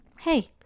Hey